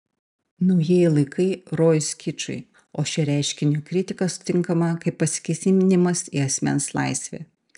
naujieji laikai rojus kičui o šio reiškinio kritika sutinkama kaip pasikėsinimas į asmens laisvę